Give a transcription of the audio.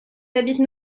habitent